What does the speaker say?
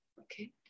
Okay